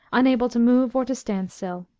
unable to move or to stand still.